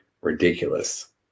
ridiculous